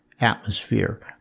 atmosphere